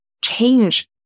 change